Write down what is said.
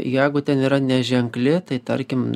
jeigu ten yra neženkli tai tarkim